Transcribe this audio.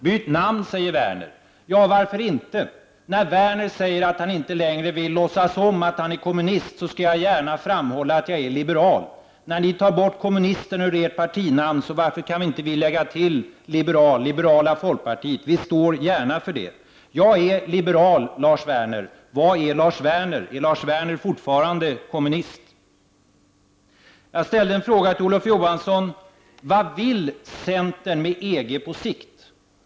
Byt namn, säger Werner. Ja, varför inte? När Werner säger att han inte längre vill låtsas om att han är kommunist, så skall jag gärna framhålla att jag är liberal. När ni tar bort kommunist ur ert partinamn, så varför kan inte vi lägga till liberal — liberala folkpartiet? Vi står gärna för det. Jag är liberal, Lars Werner. Vad är Lars Werner? Är han fortfarande kommunist? Jag ställde frågan till Olof Johansson: Vad vill centern med EG på sikt?